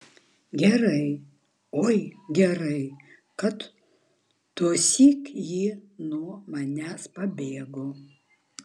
gerai oi gerai kad tuosyk ji nuo manęs pabėgo